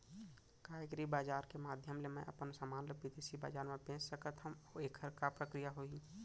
का एग्रीबजार के माधयम ले मैं अपन समान ला बिदेसी बजार मा बेच सकत हव अऊ एखर का प्रक्रिया होही?